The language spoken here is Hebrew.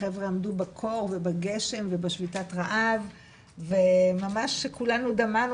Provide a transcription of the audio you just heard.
החבר'ה עמדו בקור ובגשם ובשביתת רעב וממש כולנו דמענו